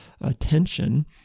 attention